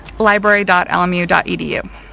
library.lmu.edu